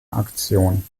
aktion